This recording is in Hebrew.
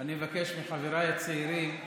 אני מבקש מחבריי הצעירים,